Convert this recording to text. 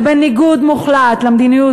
זה בניגוד מוחלט למדיניות,